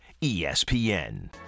ESPN